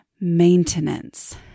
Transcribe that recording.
maintenance